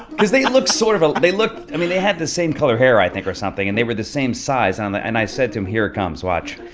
because they look sort of ah they look i mean, they had the same color hair, i think, or something. and they were the same size. um and i said to him, here it comes, watch.